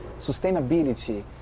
sustainability